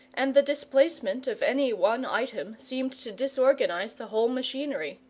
and the displacement of any one item seemed to disorganize the whole machinery.